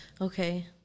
okay